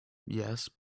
yes